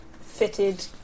fitted